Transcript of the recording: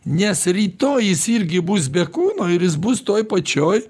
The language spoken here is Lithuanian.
nes rytoj jis irgi bus be kūno ir jis bus toj pačioj